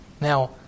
Now